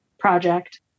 project